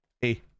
Hey